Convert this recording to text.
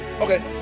Okay